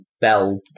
bell